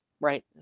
right